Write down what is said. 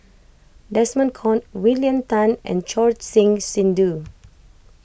Desmond Kon William Tan and Choor Singh Sidhu